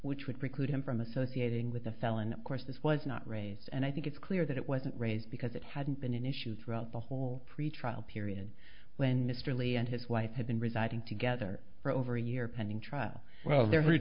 which would preclude him from associating with a felon of course this was not raised and i think it's clear that it wasn't raised because it hadn't been an issue throughout the whole pretrial period when mr lee and his wife had been residing together for over a year pending trial well the